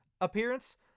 appearance